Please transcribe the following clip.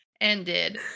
ended